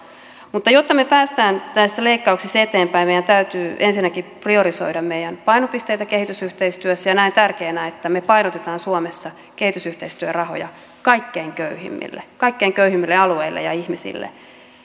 mutta jotta me pääsemme näissä leikkauksissa eteenpäin meidän täytyy ensinnäkin priorisoida meidän painopisteitä kehitysyhteistyössä ja näen tärkeänä että me painotamme suomessa kehitysyhteistyörahoja kaikkein köyhimmille kaikkein köyhimmille alueille ja ihmisille